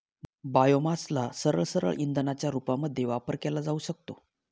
बायोमासला सरळसरळ इंधनाच्या रूपामध्ये वापर केला जाऊ शकतो